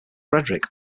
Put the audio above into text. frederick